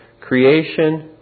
creation